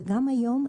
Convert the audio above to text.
וגם היום,